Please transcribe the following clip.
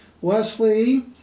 Wesley